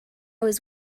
was